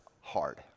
hard